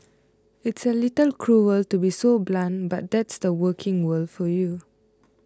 it's a little cruer to be so blunt but that's the working world for you